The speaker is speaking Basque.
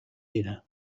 dira